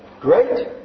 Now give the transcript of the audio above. great